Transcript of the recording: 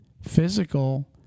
physical